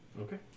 Okay